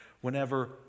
whenever